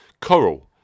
Coral